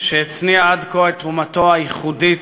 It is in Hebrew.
שהצניעה עד כה את תרומתו הייחודית